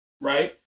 Right